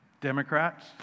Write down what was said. Democrats